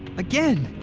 again.